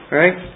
right